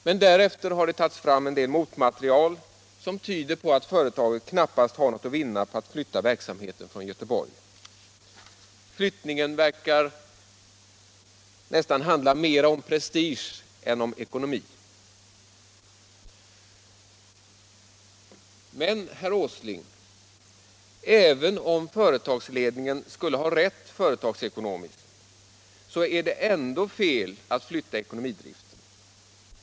Men därefter har det tagits fram en del motmaterial som tyder på att företaget knappast har något att vinna på att flytta verksamheten från Göteborg. Flyttningen verkar nästan handla mer om prestige än om ekonomi. Men, herr Åsling, även om företagsledningen skulle ha rätt företagsekonomiskt, är det ändå fel att flytta ekonomidriften.